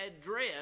address